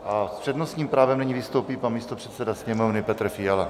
S přednostním právem nyní vystoupí pan místopředseda Sněmovny Petr Fiala.